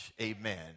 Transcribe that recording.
Amen